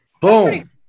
Boom